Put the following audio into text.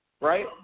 right